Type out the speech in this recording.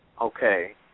Okay